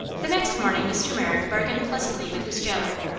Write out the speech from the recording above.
the next morning mr. merrick bargained pleasantly with his jailer,